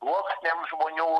sluoksniams žmonių